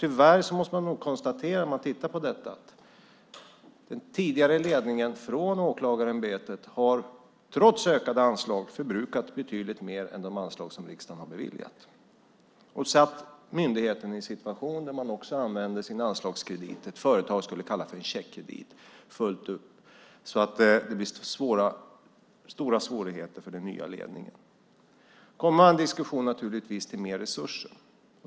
Tyvärr måste man nog konstatera att den tidigare ledningen för åklagarämbetet trots ökade anslag har förbrukat betydligt mer än de anslag som riksdagen har beviljat och försatt myndigheten i en situation där man också använder sina anslagskrediter - som ett företag skulle kalla för checkkredit - fullt ut. Det blir stora svårigheter för den nya ledningen. Det kommer naturligtvis en diskussion om mer resurser.